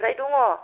मैफ्राय दङ'